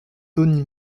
tony